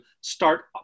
start